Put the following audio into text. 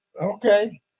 Okay